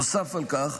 נוסף על כך,